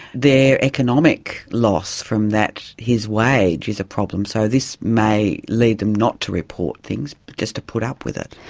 their economic loss from that, his wage, is a problem. so this may lead them not to report things but just to put up with it.